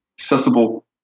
accessible